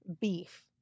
beef